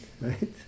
right